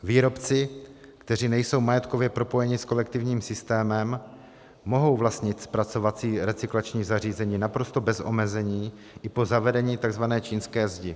Výrobci, kteří nejsou majetkově propojeni s kolektivním systémem, mohou vlastnit zpracovací recyklační zařízení naprosto bez omezení i po zavedení tzv. čínské zdi.